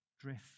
Drift